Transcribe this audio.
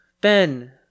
Ben